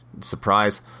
Surprise